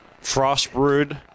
frost-brewed